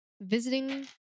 visiting